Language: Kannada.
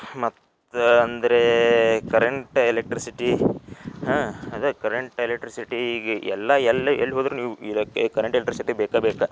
ಮತ್ತು ಅಂದರೆ ಕರೆಂಟ್ ಎಲೆಕ್ಟ್ರಿಸಿಟಿ ಹಾಂ ಅದೇ ಕರೆಂಟ್ ಎಲೆಕ್ಟ್ರಿಸಿಟಿ ಈಗ ಎಲ್ಲ ಎಲ್ಲ ಎಲ್ಲ ಹೋದ್ರೂ ನೀವು ಇದಕ್ಕೆ ಕರೆಂಟ್ ಎಲೆಕ್ಟ್ರಿಸಿಟಿ ಬೇಕೇ ಬೇಕು